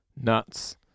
nuts